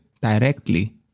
directly